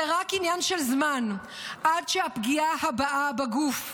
זה רק עניין של זמן עד הפגיעה הבאה בגוף,